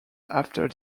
after